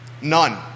None